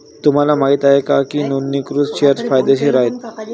तुम्हाला माहित आहे का की नोंदणीकृत शेअर्स फायदेशीर आहेत?